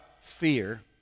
fear